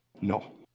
No